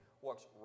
Walks